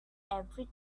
every